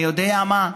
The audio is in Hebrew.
אני יודע מה,